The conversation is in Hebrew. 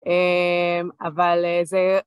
אהמ.. אבל אה.. זה...